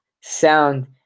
sound